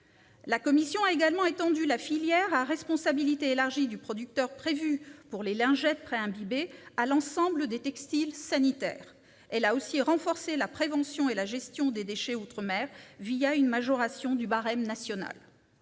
La commission a également étendu la nouvelle filière à responsabilité élargie du producteur prévue pour les lingettes pré-imbibées à l'ensemble des textiles sanitaires. Elle a aussi renforcé la prévention et la gestion des déchets outre-mer une majoration du barème national.